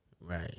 Right